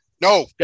No